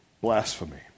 Blasphemy